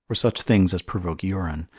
or such things as provoke urine,